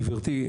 גברתי,